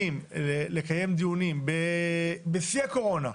ומתארגנים לקיים דיונים בשיא הקורונה,